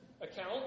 Account